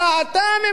אתה הממשלה,